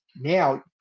now